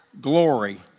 glory